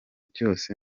cyose